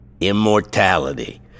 Immortality